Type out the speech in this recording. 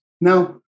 Now